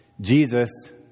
Jesus